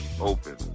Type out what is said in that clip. open